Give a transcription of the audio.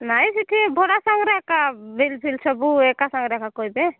ନାଇଁ ସେଠି ଭଡ଼ା ସାଙ୍ଗରେ ଏକା ବିଲ୍ ଫିଲ୍ ସବୁ ଏକା ସାଙ୍ଗରେ ଏକା କହିବେ